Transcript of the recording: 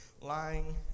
lying